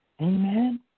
Amen